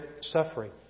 suffering